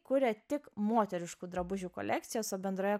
kuria tik moteriškų drabužių kolekcijas o bendroje